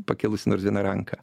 pakilusi nors viena ranka